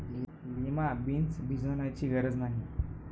lima beans भिजवण्याची गरज नाही